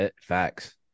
Facts